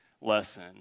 lesson